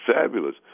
fabulous